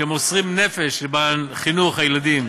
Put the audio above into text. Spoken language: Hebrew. שמוסרים נפש למען חינוך הילדים,